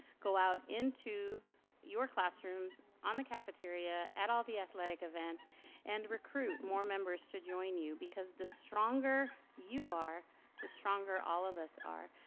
go out into your classrooms, on the cafeteria, at all the athletic events and recruit more members to join you because the stronger you are the stronger all of us are.